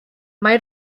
mae